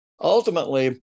Ultimately